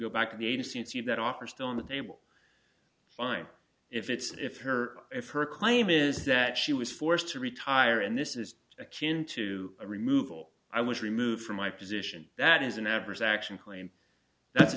to the agency and see that offer still on the table fine if it's if her if her claim is that she was forced to retire and this is akin to a removal i was removed from my position that is an adverse action claim that's a